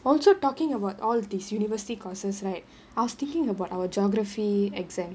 also talking about all these university courses right I was thinking about our geography exam